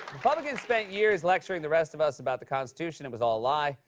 republicans spent years lecturing the rest of us about the constitution. it was all a lie.